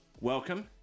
welcome